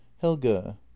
Helga